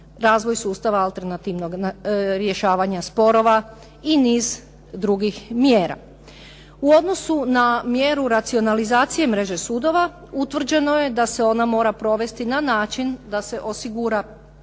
razvoj sustava alternativnog rješavanja sporova i niz drugih mjera. U odnosu na mjeru racionalizacije mreže sudova utvrđeno je da se ona mora provesti na način da se osigura